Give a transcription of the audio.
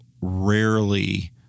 rarely